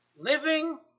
Living